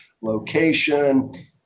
location